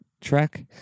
track